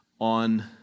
on